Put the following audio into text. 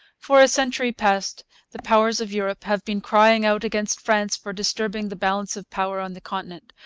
for a century past the powers of europe have been crying out against france for disturbing the balance of power on the continent.